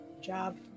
job